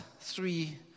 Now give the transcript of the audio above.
three